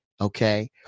okay